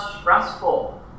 stressful